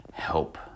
help